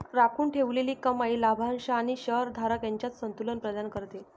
राखून ठेवलेली कमाई लाभांश आणि शेअर धारक यांच्यात संतुलन प्रदान करते